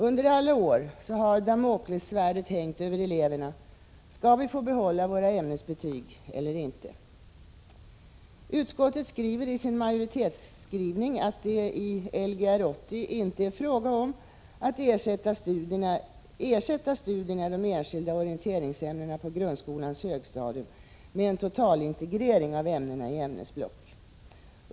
Under alla år har damoklessvärdet hängt över eleverna: Skall vi få behålla våra ämnesbetyg eller inte? Utskottsmajoriteten skriver att det i Lgr 80 inte är fråga om att ersätta studierna i de enskilda orienteringsämnena på grundskolans högstadium med en totalintegrering av ämnena i ämnesblock.